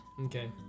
Okay